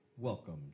Welcome